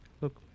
Look